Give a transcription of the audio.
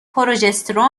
پروژسترون